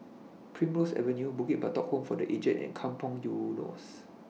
Primrose Avenue Bukit Batok Home For The Aged and Kampong Eunos